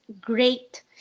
great